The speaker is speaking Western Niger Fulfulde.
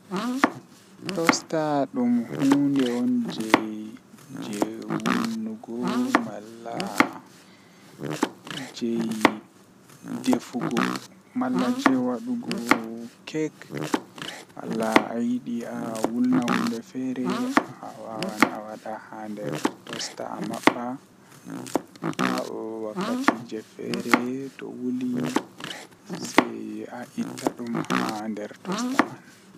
Eh ndikkima,I ,I daana be law nden mi fina bo be law, Dalila bo ko wadi ngam tomi yahan kuugal mifina be law mi dilla kuugal am egaa law nden tomi tomi warti mi somi mi lora mi waal mi daana be law.